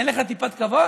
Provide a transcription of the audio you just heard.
אין לך טיפת כבוד?